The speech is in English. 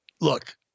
Look